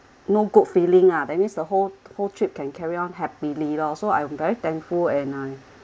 no good feeling ah that means the whole whole trip can carry on happily loh also I'm very thankful and um